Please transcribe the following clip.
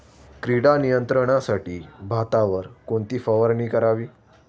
कीड नियंत्रणासाठी भातावर कोणती फवारणी करावी?